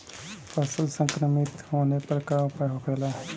फसल संक्रमित होने पर क्या उपाय होखेला?